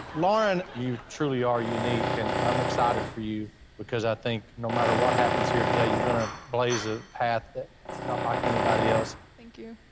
lauren, you truly are unique, and i'm excited for you because i think no matter what happens here today, you're gonna blaze a path that's not like anybody else thank you.